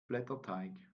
blätterteig